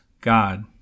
God